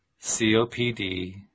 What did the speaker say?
COPD